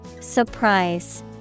Surprise